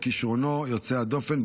וכישרונו יוצא הדופן,